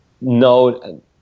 no